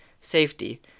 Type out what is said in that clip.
Safety